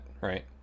right